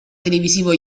televisivo